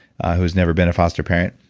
who's never been a foster parent,